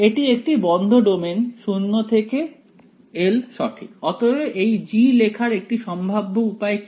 এটি একটি বন্ধ ডোমেন 0 থেকে l সঠিক অতএব এই G লেখার একটি সম্ভাব্য উপায় কি